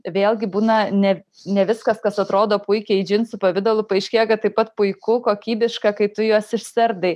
vėlgi būna ne ne viskas kas atrodo puikiai džinsų pavidalu paaiškėja kad taip pat puiku kokybiška kai tu juos išsiardai